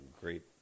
Great